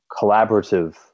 collaborative